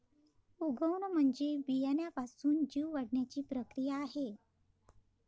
उगवण म्हणजे बियाण्यापासून जीव वाढण्याची प्रक्रिया आहे